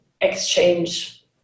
exchange